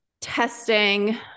testing